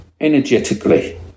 energetically